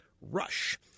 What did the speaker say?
RUSH